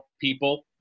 people